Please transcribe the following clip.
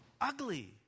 ugly